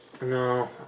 no